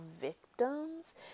victims